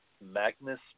Magnus